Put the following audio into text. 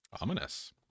ominous